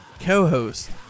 Co-host